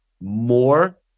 more